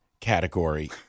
category